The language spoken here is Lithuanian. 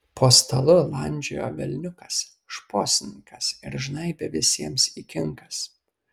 po stalu landžiojo velniukas šposininkas ir žnaibė visiems į kinkas